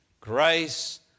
grace